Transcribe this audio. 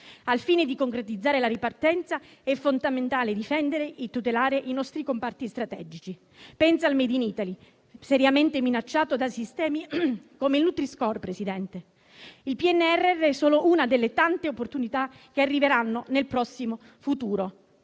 Al fine di concretizzare la ripartenza è fondamentale difendere e tutelare i nostri comparti strategici. Penso al *made in Italy,* seriamente minacciato da sistemi come il *nutri-score.* Il PNRR è solo una delle tante opportunità che arriveranno nel prossimo futuro.